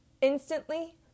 Instantly